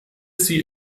sie